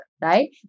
right